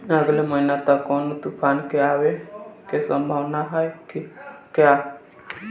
अगले महीना तक कौनो तूफान के आवे के संभावाना है क्या?